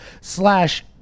slash